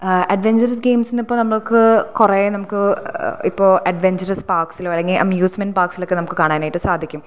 adventurous games ഇപ്പോൾ നമുക്ക് കുറെ നമുക്ക് ഇപ്പോൾ അഡ്വെഞ്ചറസ് പാർക്സികിലോ അല്ലെൽ അമ്യൂസ്മെൻറ്റ് പാർക്സിലോക്കെ നമുക്ക് കാണാനായിട്ട് സാധിക്കും